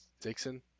Dixon